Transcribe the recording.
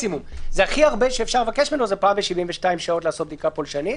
הכי הרבה שאפשר לבקש ממנו זה פעם ב-72 שעות לעשות בדיקה פולשנית.